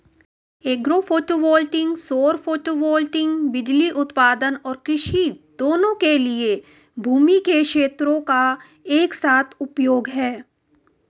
agro photovoltaic सौर photovoltaic बिजली उत्पादन और कृषि दोनों के लिए भूमि के क्षेत्रों का एक साथ उपयोग है